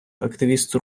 активісти